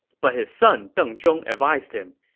but his son deng zhong advised him,